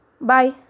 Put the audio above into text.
Bye